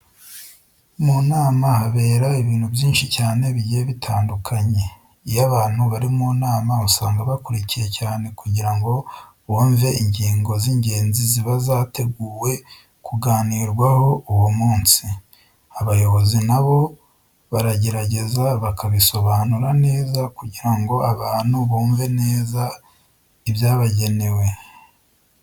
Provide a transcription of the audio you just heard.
Mu nama habera ibintu byinshi cyane bigiye bitandukanye. Iyo abantu bari mu nama usanga bakurikiye cyane kugira ngo bumve ingingo z'ingenzi ziba zateguwe kuganirwaho uwo munsi. Abayobzi na bo baragerageza bakabisobanura neza kugira ngo abantu bumve neza ibyabagenewe.